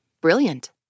Brilliant